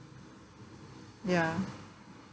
ya